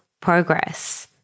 progress